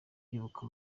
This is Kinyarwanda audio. ibuka